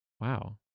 Wow